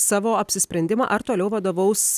savo apsisprendimą ar toliau vadovaus